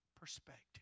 perspective